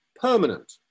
permanent